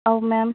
ꯑꯧ ꯃꯦꯝ